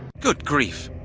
good grief!